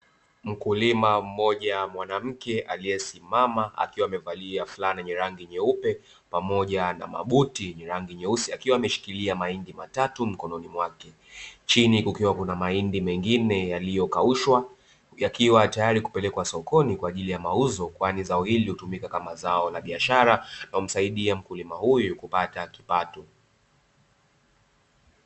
Mkulima mmoja mwanamke aliyesimama akiwa amevalia fulana yenye rangi nyeupe pamoja na mabuti yenye rangi nyeusi, akiwa ameshikilia mahindi matatu mkononi mwake; chini kukiwa kuna mahindi mengine yaliyokaushwa yakiwa tayari kupelekwa sokoni kwa ajili ya mauzo, kwani zao hili hutumika kama zao biashara linalosaidia mkulima huyu kupata kipato.